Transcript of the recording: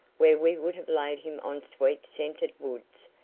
where we would have laid him on sweet scented woods,